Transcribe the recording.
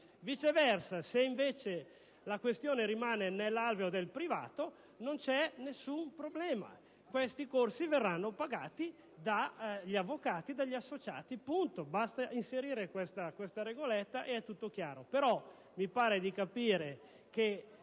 Viceversa, se la questione rimane nell'alveo del privato, non c'è alcun problema: questi corsi verranno pagati dagli avvocati e dagli associati.